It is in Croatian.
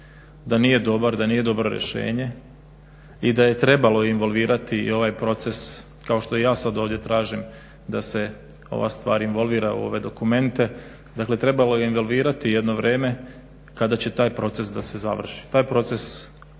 da nije dobar, da nije dobro rešenje i da je trebalo involvirati i ovaj proces kao što i ja sad ovdje tražim da se ova stvar involvira u ove dokumente. Dakle, trebalo je involvirati jedno vreme kada će taj proces da se završi. Taj proces